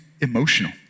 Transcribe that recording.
emotional